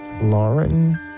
Lauren